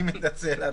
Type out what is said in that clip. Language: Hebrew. אני מתנצל.